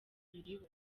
biriho